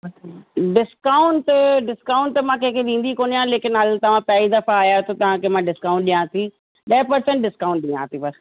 discount discount त मां कंहिंखे ॾींदी कोन आहियां लेकिन हल तव्हां पहिरीं दफ़ा आहिया आहियो त तव्हांखे मां डिस्काउंट ॾियां थी ॾह परसेंट डिस्काउंट ॾियां थी बसि